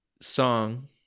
song